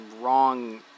wrong